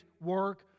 work